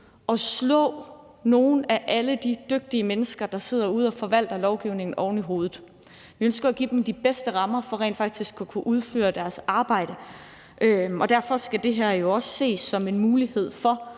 at slå nogen af alle de dygtige mennesker, der sidder ude og forvalter lovgivningen, oven i hovedet. Vi ønsker at give dem de bedste rammer for rent faktisk at kunne udføre deres arbejde. Derfor skal det her jo også ses som en mulighed for